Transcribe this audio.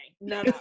No